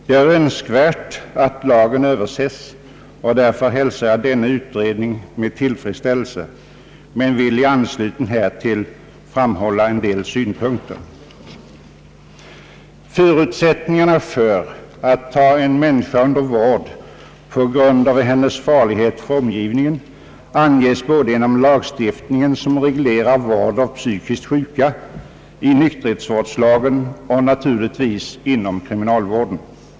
Det är önskvärt att lagen Överses, och därför hälsar jag denna utredning med tillfredsställelse, men jag vill i anslutning härtill framhålla en del synpunkter. Förutsättningarna för att ta en människa under vård på grund av hennes farlighet för omgivningen anges både inom den lagstiftning, som reglerar vård av psykiskt sjuka, och i nykterhetsvårdslagen samt naturligtvis inom kriminalvården.